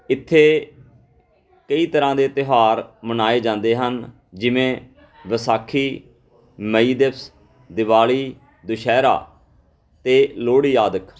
ਇੱਥੇ ਕਈ ਤਰ੍ਹਾਂ ਦੇ ਤਿਉਹਾਰ ਮਨਾਏ ਜਾਂਦੇ ਹਨ ਜਿਵੇਂ ਵਿਸਾਖੀ ਮਈ ਦਿਵਸ ਦੀਵਾਲੀ ਦੁਸ਼ਹਿਰਾ ਅਤੇ ਲੋਹੜੀ ਆਦਕ